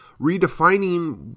redefining